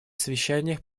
совещаниях